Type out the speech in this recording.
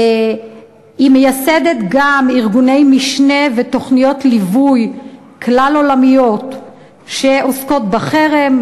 היא מייסדת גם ארגוני משנה ותוכניות ליווי כלל-עולמיות שעוסקות בחרם,